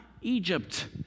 Egypt